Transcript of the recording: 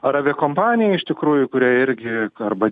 ar aviakompanija iš tikrųjų kurie irgi arba